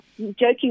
joking